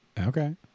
Okay